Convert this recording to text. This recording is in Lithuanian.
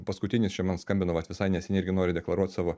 paskutinis čia man skambino vat visai neseniai irgi nori deklaruot savo